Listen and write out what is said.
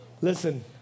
Listen